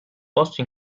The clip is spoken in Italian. posto